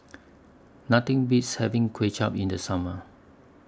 Nothing Beats having Kway Chap in The Summer